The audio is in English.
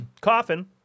Coffin